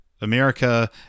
America